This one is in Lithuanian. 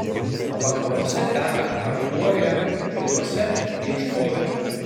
vakaruose teka karkluojė rytuose vieštovė